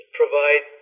provide